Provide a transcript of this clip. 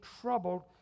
troubled